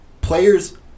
players